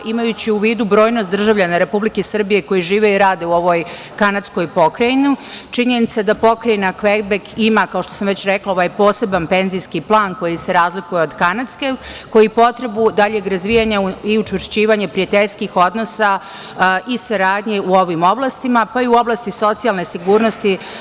Imajući u vidu brojnost državljana Republike Srbije koji žive i rade u ovoj kanadskoj pokrajini, činjenica je da pokrajina Kvebek ima, kao što sam već rekla, ovaj posebni penzijski plan koji se razlije od kanadskog, koji potrebu daljeg razvijanja i učvršćivanje prijateljskih odnosa i saradnje u ovim oblastima, pa i u oblasti socijalne sigurnosti.